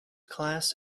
class